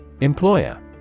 Employer